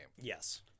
Yes